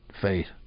faith